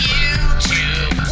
YouTube